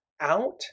out